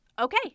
Okay